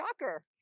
Shocker